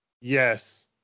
Yes